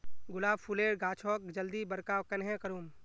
गुलाब फूलेर गाछोक जल्दी बड़का कन्हे करूम?